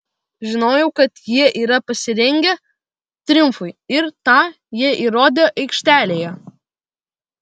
žinojau kad jie yra pasirengę triumfui ir tą jie įrodė aikštelėje